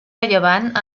rellevant